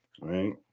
right